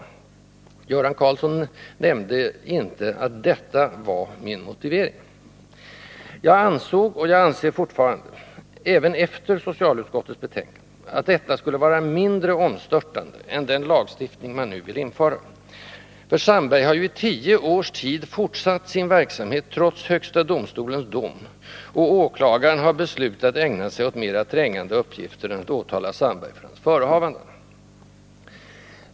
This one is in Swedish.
Göran Karlsson nämnde inte att detta var min motivering. Jag ansåg, och jag anser fortfarande, även efter socialutskottets betänkande, att detta skulle vara mindre omstörtande än den lagstiftning man nu vill införa, för Sandberg har ju i tio års tid fortsatt sin verksamhet trots högsta domstolens dom, och åklagaren har beslutat att ägna sig åt mera trängande uppgifter än att åtala Sandberg för hans förehavanden.